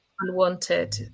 unwanted